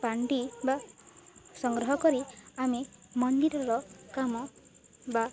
ପାଣ୍ଠି ବା ସଂଗ୍ରହ କରି ଆମେ ମନ୍ଦିରର କାମ ବା